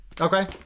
Okay